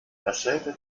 dasselbe